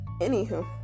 Anywho